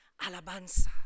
Alabanza